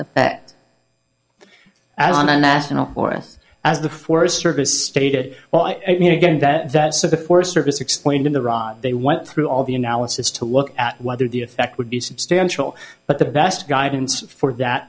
effect on a national or us as the forest service stated well i mean again that that sort of forest service explained in the raw they went through all the analysis to look at whether the effect would be substantial but the best guidance for that